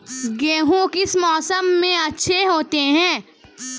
गेहूँ किस मौसम में अच्छे होते हैं?